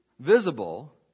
Visible